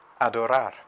Adorar